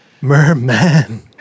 merman